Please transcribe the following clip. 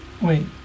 wait